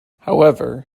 however